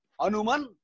anuman